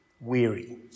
Weary